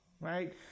right